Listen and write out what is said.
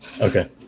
okay